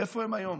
איפה הם היום?